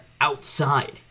outside